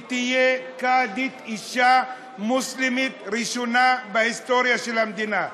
ותהיה קאדית אישה מוסלמית ראשונה בהיסטוריה של המדינה,